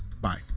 Bye